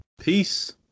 Peace